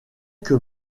que